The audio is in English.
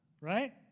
right